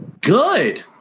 Good